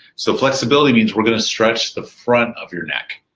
so flexibility means we're gonna stretch the front of your neck.